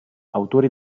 autori